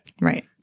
Right